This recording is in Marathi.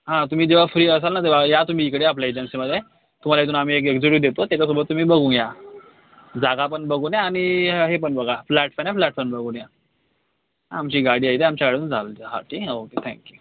हं तुम्ही जेव्हा फ्री असाल ना तेव्हा या तुम्ही इकडे आपल्या एजन्सीमधे तुम्हाला इथून आम्ही एक्झिट्यू देतो त्याच्यासोबत तुम्ही बघून या जागा पण बघून या आणि हे पण बघा फ्लॅट पण आहे फ्लॅट पण बघून या आमची गाडी आहे इथे आमच्या गाडीतून जाल तिथं हा ठीक आहे ना ओके थँक्यू